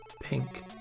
Pink